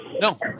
No